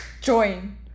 Join